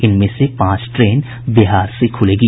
इनमें से पांच ट्रेन बिहार से खुलेगी